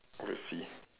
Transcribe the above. we'll see